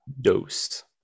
dosed